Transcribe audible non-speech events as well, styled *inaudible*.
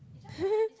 *laughs*